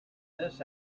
this